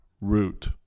root